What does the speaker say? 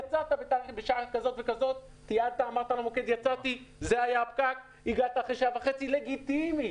יצאת בשעה כזאת וכזאת, זה היה הפקק, לגיטימי.